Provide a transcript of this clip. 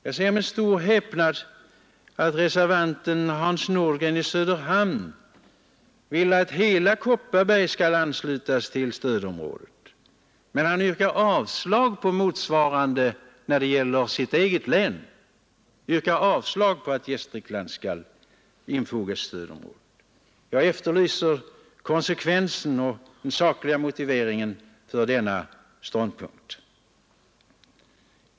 Jag ser med stor häpnad att reservanten Hans Nordgren i Söderhamn vill att hela Kopparberg skall anslutas till stödområdet, men han yrkar avslag på motsvarande krav när det gäller hans eget län. Han yrkar avslag på att Gästrikland skall infogas i stödområdet. Jag efterlyser konsekvensen och den sakliga motiveringen för denna ståndpunkt.